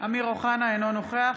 אמיר אוחנה, אינו נוכח